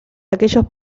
aquellos